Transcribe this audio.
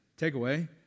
Takeaway